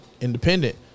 Independent